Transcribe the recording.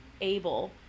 able